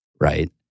right